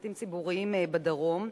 במקלטים ציבוריים בדרום,